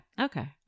okay